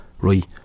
right